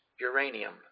uranium